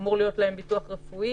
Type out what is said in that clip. כך שאמור להיות להם ביטוח רפואי.